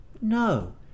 no